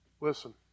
Listen